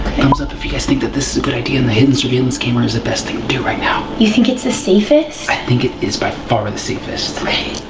thumbs up if you guys think that this is a good idea and the hidden surveillance camera is the best thing to do right now. you think it's the safest? i think it is by far the safest.